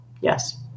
yes